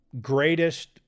greatest